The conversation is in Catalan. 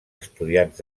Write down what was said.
estudiants